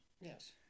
Yes